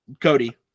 Cody